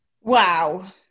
Wow